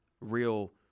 real